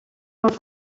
els